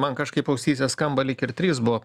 man kažkaip ausyse skamba lyg ir trys buvo